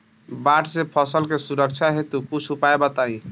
बाढ़ से फसल के सुरक्षा हेतु कुछ उपाय बताई?